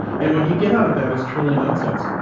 and what you get out of that is truly nonsense.